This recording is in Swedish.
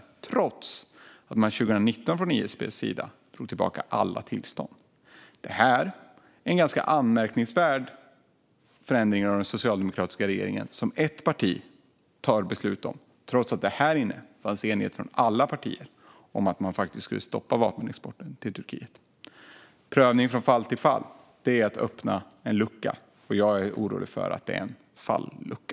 Det gäller trots att man 2019 från ISP:s sida drog tillbaka alla tillstånd. Det här är en ganska anmärkningsvärd förändring av den socialdemokratiska regeringen som ett parti fattar beslut om trots att det härinne fanns enighet från alla partier om att man skulle stoppa vapenexporten till Turkiet. Prövning från fall till fall är att öppna en lucka. Jag är orolig för att det är en fallucka.